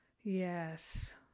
Yes